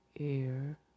air